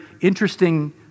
interesting